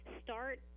start